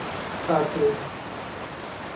ادسا بِہِو